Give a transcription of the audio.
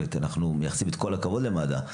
אנחנו מייחסים את כל הכבוד למד"א,